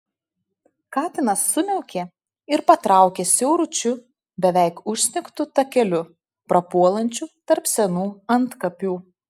katinas sumiaukė ir patraukė siauručiu beveik užsnigtu takeliu prapuolančiu tarp senų antkapių